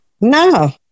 No